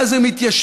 ואז הם התיישבו